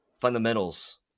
fundamentals